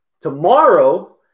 Tomorrow